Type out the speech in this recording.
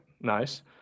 Nice